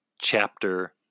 chapter